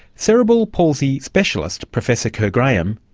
cerebral palsy specialist professor kerr graham,